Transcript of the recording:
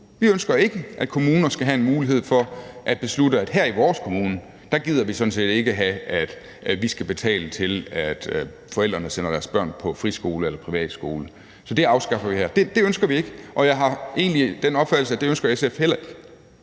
Vi ønsker ikke, at kommunerne skal have en mulighed for at beslutte, at her i vores kommune gider vi sådan set ikke have, at vi skal betale til, at forældrene sender deres børn på friskole eller privatskole, så det afskaffer vi her. Det ønsker vi ikke. Og jeg har egentlig den opfattelse, at det ønsker SF heller ikke,